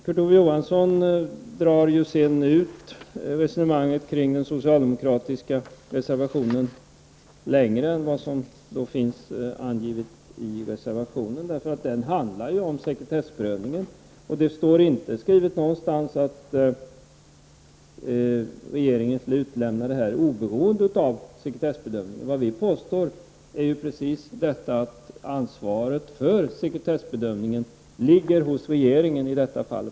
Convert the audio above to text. Kurt Ove Johansson vidgar resonemanget kring den socialdemokratiska reservationen mer än vad som framkommer i reservationen. Reservationen handlar ju om sekretessprövningen. Vidare står det inte skrivet någonstans att regeringen skulle utlämna uppgifterna oberoende av sekretessbedömningen. Vad vi påstår är just att ansvaret för sekretessbedömningen ligger hos regeringen i detta fall.